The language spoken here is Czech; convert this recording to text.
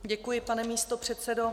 Děkuji, pane místopředsedo.